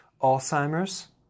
Alzheimer's